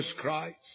Christ